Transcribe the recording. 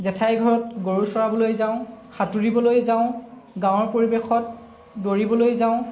জেঠাইৰ ঘৰত গৰু চৰাবলৈ যাওঁ সাঁতুৰিবলৈ যাওঁ গাঁৱৰ পৰিৱেশত দৌৰিবলৈ যাওঁ